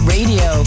Radio